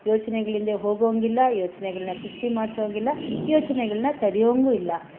ಯೋಚನೆಗಳಿಂದೆ ಹೋಗೋವಂತಿಲ್ಲ ಯೋಚನೆಗಳನ್ನ ಸೃಷ್ಟಿ ಮಾಡಿಸೋವಾಗಿಲ್ಲ ಯೋಚನೆಗಳನ್ನ ತಡಿಯೋವಂಗೂ ಇಲ್ಲ